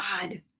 God